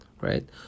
right